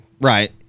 Right